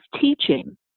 teaching